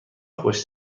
خوش